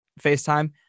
facetime